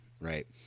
right